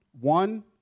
One